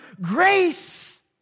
grace